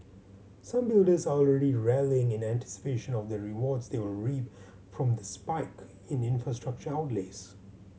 some builders are already rallying in anticipation of the rewards they will reap from the spike in infrastructure outlays